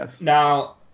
now